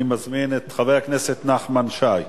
אני מזמין את חבר הכנסת נחמן שי.